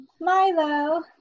Milo